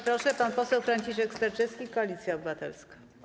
Bardzo proszę, pan poseł Franciszek Sterczewski, Koalicja Obywatelska.